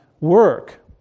work